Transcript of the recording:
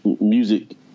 music